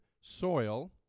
soil